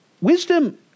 wisdom